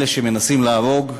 אלה שמנסים להרוג,